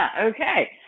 Okay